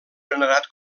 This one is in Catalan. venerat